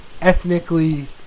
ethnically